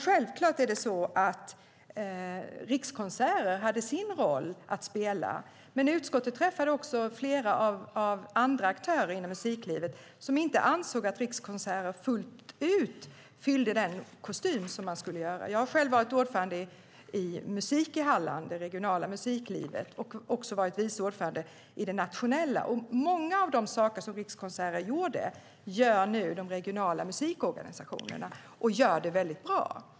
Självklart hade Rikskonserter sin roll att spela, men vi i utskottet träffade också flera andra aktörer inom musiklivet som inte ansåg att Rikskonserter fullt ut fyllde den kostym man skulle fylla. Jag har själv varit ordförande i Musik i Halland, det regionala musiklivet, och också varit vice ordförande i det nationella. Många av de saker som Rikskonserter gjorde gör nu de regionala musikorganisationerna, och de gör det väldigt bra.